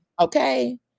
Okay